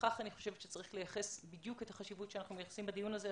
ולכך אני חושבת שצריך לייחס את החשיבות שאנחנו מייחסים בדיון הזה.